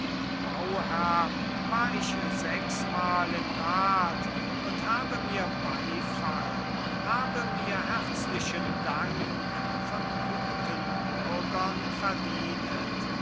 bauherr war ich sechsmal im rat und habe mir beifall habe mir herzlichen dank von guten bürgern verdienet